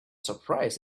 surprised